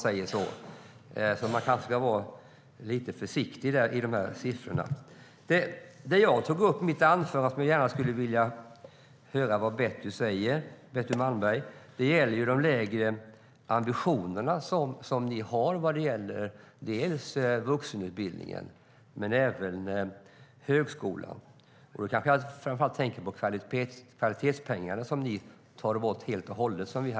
Därför kanske ni ska vara lite försiktiga med siffrorna. Jag tog upp de lägre ambitionerna som Alliansen har, både vad gäller vuxenutbildningen och högskolan. Jag tänker främst på de kvalitetspengar som vi hade föreslagit men som ni tar bort helt och hållet, Betty Malmberg.